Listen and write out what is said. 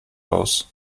aus